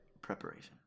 Preparation